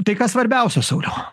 tai kas svarbiausia sauliau